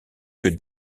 que